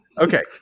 Okay